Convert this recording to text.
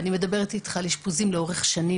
אני מדברת איתך על אשפוזים לאורך שנים